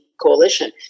coalition